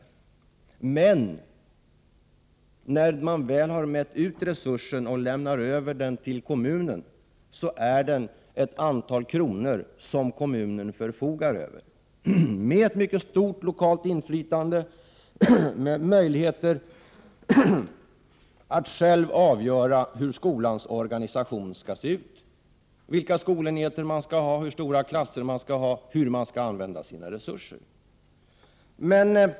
Men när man väl har mätt ut resursen och sedan överlämnar den till kommunen är det fråga om ett antal kronor som kommunen förfogar över — med ett mycket stort lokalt inflytande och med möjligheter att själv avgöra hur skolans organisation skall se ut. Det gäller då vilka skolenheter man skall ha, hur stora klasserna skall vara och hur man skall använda sina resurser.